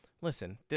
listen